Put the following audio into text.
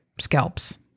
scalps